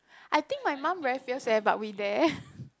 I think my mum very fierce eh but we dare